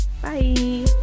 Bye